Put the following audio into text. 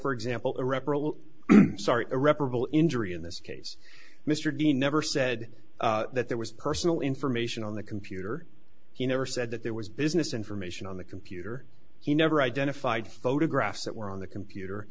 for example irreparable sorry irreparable injury in this case mr dean never said that there was personal information on the computer he never said that there was business information on the computer he never identified photographs that were on the computer